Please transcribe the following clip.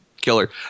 killer